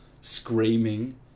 screaming